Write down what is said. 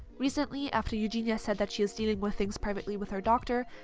recently, after eugenia said that she is dealing with things privately with her doctor,